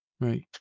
Right